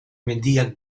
mendiak